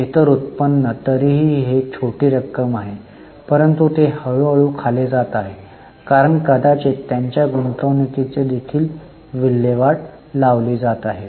इतर उत्पन्न तरीही ही एक छोटी रक्कम आहे परंतु ते हळूहळू खाली जात आहे कारण कदाचित त्यांच्या गुंतवणूकींचा देखील विल्हेवाट लावला जात आहे